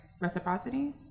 Reciprocity